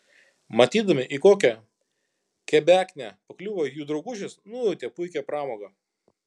matydami į kokią kebeknę pakliuvo jų draugužis nujautė puikią pramogą